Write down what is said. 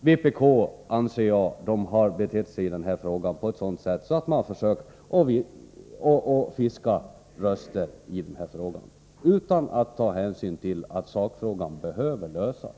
Vpk har, anser jag, i detta ärende försökt fiska röster utan att ta hänsyn till att sakfrågan behöver lösas.